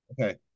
Okay